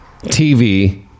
TV